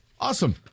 Awesome